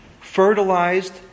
fertilized